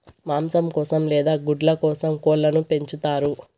మాంసం కోసం లేదా గుడ్ల కోసం కోళ్ళను పెంచుతారు